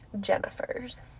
Jennifer's